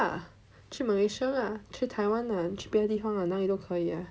move lah 去 Malaysia lah 去 Taiwan lah 去别的地方 lah 哪里都可以